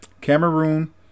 Cameroon